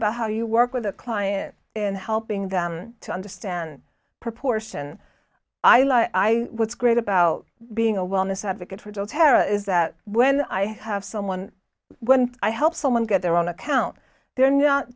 about how you work with a client and helping them to understand proportion i lie what's great about being a wellness advocate for adult tara is that when i have someone when i help someone get their own account they're not